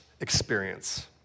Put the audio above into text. experience